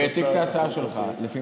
והעתיק את ההצעה שלך.